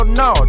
no